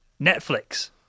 Netflix